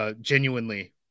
genuinely